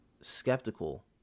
skeptical